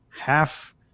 half